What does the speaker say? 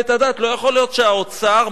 לא יכול להיות שהאוצר מעמיס